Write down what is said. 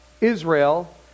Israel